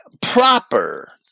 proper